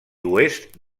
oest